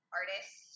artist